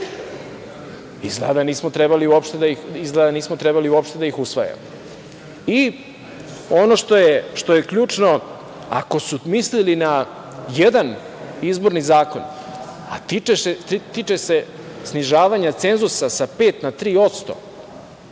Izgleda da nismo trebali uopšte da ih usvajamo. Ono što je ključno, ako su mislili na jedan izborni zakon, a tiče se snižavanja cenzusa sa 5% na 3%,